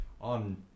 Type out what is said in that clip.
On